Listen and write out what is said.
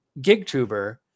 GigTuber